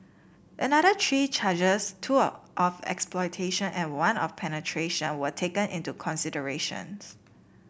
another three charges two of of exploitation and one of penetration were taken into consideration